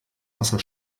wasser